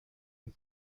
این